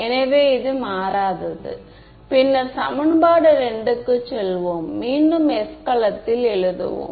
எனவே இது மாறாதது பின்னர் சமன்பாடு 2 க்கு செல்வோம் மீண்டும் s கலத்தில் எழுதுவோம்